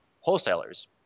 wholesalers